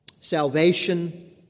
Salvation